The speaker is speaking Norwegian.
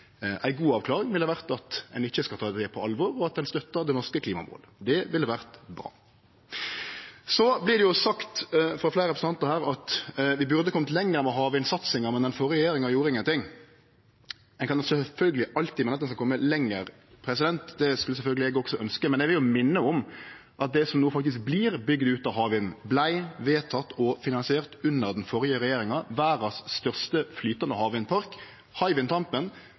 Ei god avklaring ville vore at ein ikkje skal ta NVE på alvor, og at ein støttar dei norske klimamåla. Det ville vore bra. Det vert jo sagt frå fleire representantar her at vi burde ha kome lenger med havvindsatsinga, men den førre regjeringa gjorde ingenting. Ein kan sjølvsagt alltid meine at ein skulle ha kome lenger – det skulle sjølvsagt eg òg ønskje – men eg vil minne om at det som no faktisk vert bygd ut av havvind, vart vedteke og finansiert under den førre regjeringa, verdas største flytande